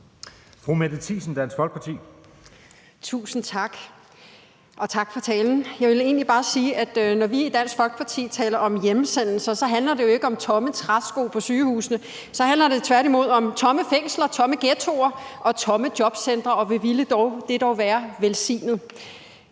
Mette Thiesen (DF): Tusind tak, og tak for talen. Jeg vil egentlig bare sige, at når vi i Dansk Folkeparti taler om hjemsendelser, handler det jo ikke om tomme træsko på sygehusene. Så handler det tværtimod om tomme fængsler, tomme ghettoer og tomme jobcentre, og hvor ville det dog være velsignet.